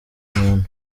umuntu